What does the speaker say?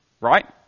right